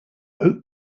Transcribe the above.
oak